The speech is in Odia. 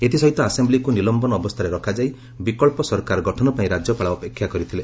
ଏଥିସହିତ ଆସେମ୍ଭିକୁ ନିଲମ୍ଭନ ଅବସ୍ଥାରେ ରଖାଯାଇ ବିକଳ୍ପ ସରକାର ଗଠନ ପାଇଁ ରାଜ୍ୟପାଳ ଅପେକ୍ଷା କରିଥିଲେ